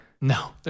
No